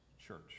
church